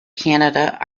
canada